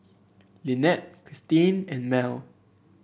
Lynette Christine and Mell